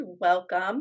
welcome